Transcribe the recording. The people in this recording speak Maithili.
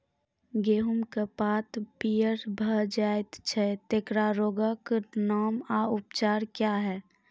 गेहूँमक पात पीअर भअ जायत छै, तेकरा रोगऽक नाम आ उपचार क्या है?